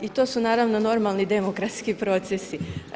I to su naravno normalni demokratski procesi.